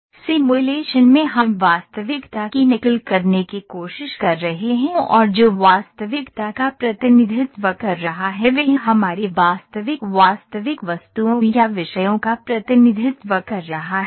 simulation में हम वास्तविकता की नकल करने की कोशिश कर रहे हैं और जो वास्तविकता का प्रतिनिधित्व कर रहा है वह हमारी वास्तविक वास्तविक वस्तुओं या विषयों का प्रतिनिधित्व कर रहा है